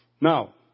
Now